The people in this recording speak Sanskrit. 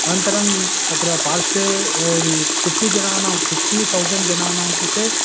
अनन्तरं तत्र पार्श्वे यदि फ़िफ़्टि जनानां फ़िफ़्टिथौसण्ड् जनानां कृते